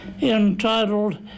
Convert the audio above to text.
entitled